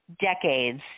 decades